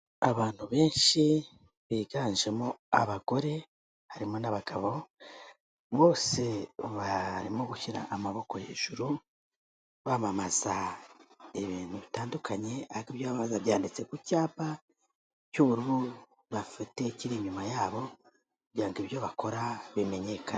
Abantu benshi biganjemo abagore harimo n'abagabo, bose barimo gushyira amaboko hejuru bamamaza ibintu bitandukanye ariko ibyo bamamaza byanditse ku cyapa cy'ubururu bafite kiri inyuma yabo kugira nog ibyo bakora bimenyekane.